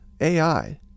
AI